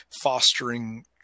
fostering